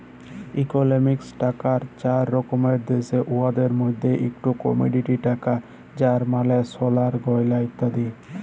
ইকলমিক্সে টাকার চার রকম দ্যাশে, উয়াদের মইধ্যে ইকট কমডিটি টাকা যার মালে সলার গয়লা ইত্যাদি